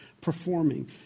performing